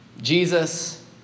Jesus